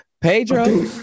Pedro